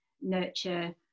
nurture